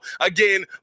again